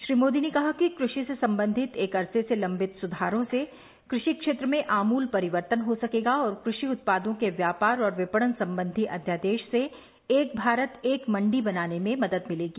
श्री मोदी ने कहा कि कृषि से संबंधित एक अरसे से लम्बित सुधारों से कृषि क्षेत्र में आमूल परिवर्तन हो सकेगा और कृषि उत्पादों के व्यापार और विपणन संबंधी अध्यादेश से एक भारत एक मंडी बनाने में मदद मिलेगी